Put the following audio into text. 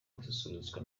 gususurutswa